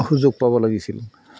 সুযোগ পাব লাগিছিল